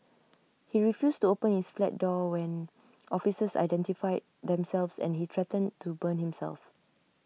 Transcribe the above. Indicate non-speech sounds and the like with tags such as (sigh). he refused to open his flat door when (noise) officers identified themselves and he threatened to burn himself